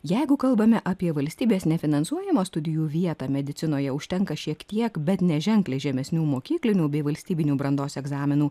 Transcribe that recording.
jeigu kalbame apie valstybės nefinansuojamą studijų vietą medicinoje užtenka šiek tiek bet neženkliai žemesnių mokyklinių bei valstybinių brandos egzaminų